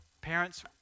parents